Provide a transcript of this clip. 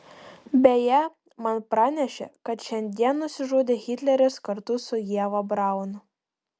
beje man pranešė kad šiandien nusižudė hitleris kartu su ieva braun